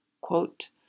Quote